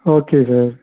okay sir